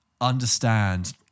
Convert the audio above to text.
understand